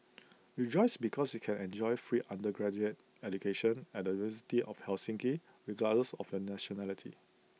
rejoice because you can enjoy free undergraduate education at the university of Helsinki regardless of your nationality